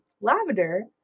Lavender